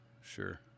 sure